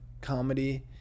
comedy